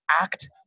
act